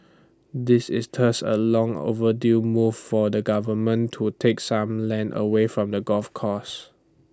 this is thus A long overdue move for the government to take some land away from the golf courses